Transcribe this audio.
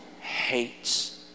hates